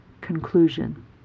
Conclusion